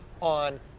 on